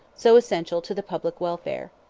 so essential to the public welfare.